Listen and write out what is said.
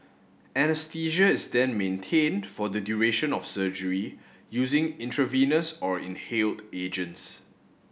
anaesthesia is then maintained for the duration of surgery using intravenous or inhaled agents